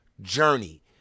journey